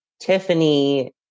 tiffany